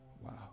Wow